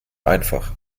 einfach